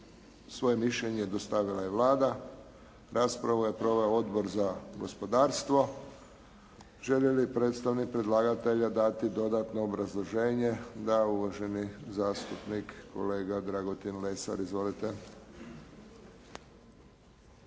Svoje mišljenje dostavila je Vlada. Raspravu je proveo Odbor za gospodarstvo. Želi li predstavnik predlagatelja dati dodatno obrazloženje? Da. Uvaženi zastupnik kolega Dragutin Lesar. Izvolite.